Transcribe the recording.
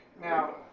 Now